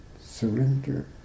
Surrender